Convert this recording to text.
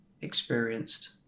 experienced